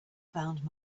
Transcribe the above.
found